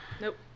Nope